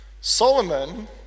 Solomon